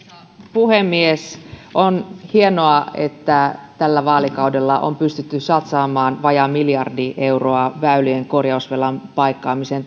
puhemies on hienoa että tällä vaalikaudella on pystytty satsaamaan vajaa miljardi euroa väylien korjausvelan paikkaamiseen